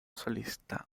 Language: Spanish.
solista